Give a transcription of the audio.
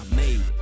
made